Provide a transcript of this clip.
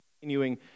continuing